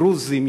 דרוזים,